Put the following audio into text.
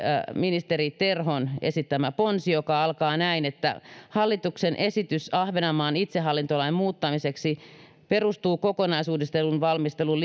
ministeri terhon esittämä ponsi joka alkaa näin hallituksen esitys ahvenanmaan itsehallintolain muuttamiseksi perustuu kokonaisuudistuksen valmistelun